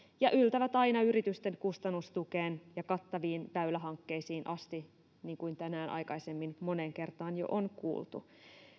ja yltävät aina yritysten kustannustukeen ja kattaviin väylähankkeisiin asti niin kuin tänään aikaisemmin moneen kertaan jo on kuultu